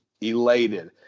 elated